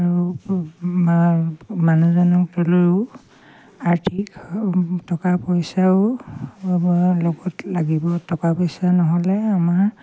আৰু মানুহজনক লৈও আৰ্থিক টকা পইচাও লগত লাগিব টকা পইচা নহ'লে আমাৰ